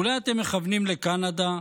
אולי אתם מכוונים לקנדה,